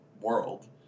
world